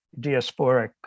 diasporic